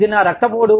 ఇది నా రక్తపోటు